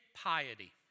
piety